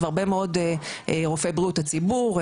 והרבה מרופאי בריאות הציבור,